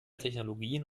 technologien